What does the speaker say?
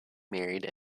married